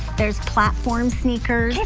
there is platform sneaker.